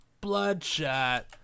Bloodshot